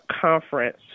conference